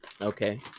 Okay